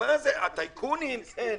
הטייקונים, כן.